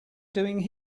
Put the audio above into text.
doing